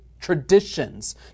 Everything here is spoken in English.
traditions